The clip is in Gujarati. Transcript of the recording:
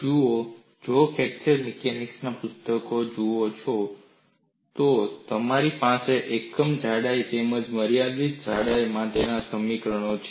જુઓ જો તમે ફ્રેક્ચર મિકેનિક્સ માં પુસ્તકો જુઓ છો તો તમારી પાસે એકમ જાડાઈ તેમજ મર્યાદિત જાડાઈ માટે સમીકરણો છે